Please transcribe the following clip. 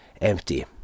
empty